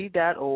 dot